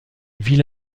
ville